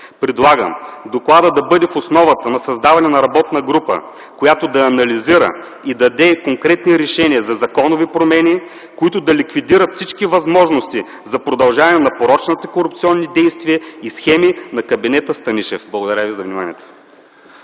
Предлагам докладът да бъде в основата на създаването на работна група, която да анализира и даде конкретни решения за законови промени, които да ликвидират всички възможности за продължаване на порочните корупционни действия и схеми на кабинета Станишев. Благодаря.